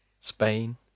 Spain